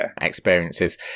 experiences